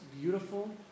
beautiful